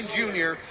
junior